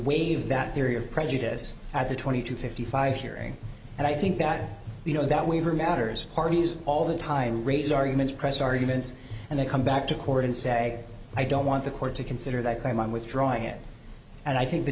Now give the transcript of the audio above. waive that theory of prejudice as a twenty two fifty five hearing and i think that you know that waiver matters parties all the time raise arguments press arguments and they come back to court and say i don't want the court to consider that i'm withdrawing it and i think the